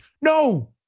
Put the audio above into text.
No